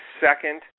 second